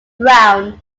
brown